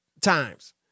times